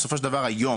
בסופו של דבר היום,